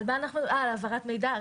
על העברת מידע?